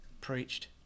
preached